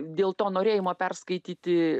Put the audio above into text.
dėl to norėjimo perskaityti